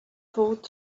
fought